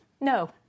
no